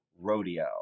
Rodeo